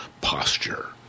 posture